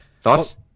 Thoughts